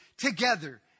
Together